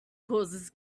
causes